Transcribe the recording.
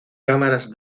cámaras